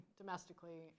domestically